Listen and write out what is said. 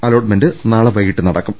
allotment നാളെ വൈകിട്ട് നടക്കും